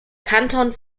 kanton